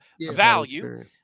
value